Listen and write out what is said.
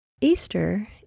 Easter